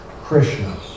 Krishna